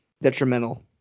detrimental